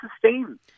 sustain